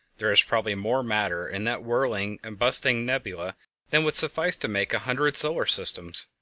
there is probably more matter in that whirling and bursting nebula than would suffice to make a hundred solar systems!